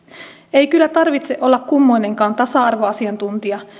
ei kyllä tarvitse olla kummoinenkaan tasa arvoasiantuntija